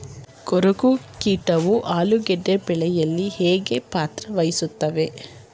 ಕೊರಕ ಕೀಟವು ಆಲೂಗೆಡ್ಡೆ ಬೆಳೆಯಲ್ಲಿ ಹೇಗೆ ಪಾತ್ರ ವಹಿಸುತ್ತವೆ?